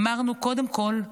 אמרנו שקודם כול,